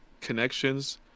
connections